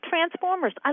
Transformers